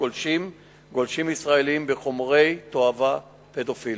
גולשים ישראלים בחומרי תועבה פדופיליים.